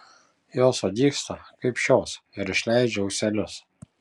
jos sudygsta kaip šios ir išleidžia ūselius